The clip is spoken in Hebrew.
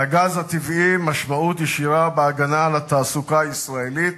לגז הטבעי משמעות ישירה בהגנה על התעסוקה הישראלית